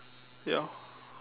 ya